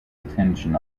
attention